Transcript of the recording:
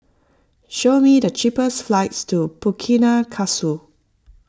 show me the cheapest flights to Burkina